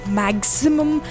maximum